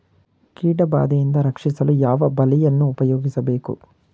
ಕೀಟಬಾದೆಯಿಂದ ರಕ್ಷಿಸಲು ಯಾವ ಬಲೆಯನ್ನು ಉಪಯೋಗಿಸಬೇಕು?